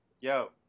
Yo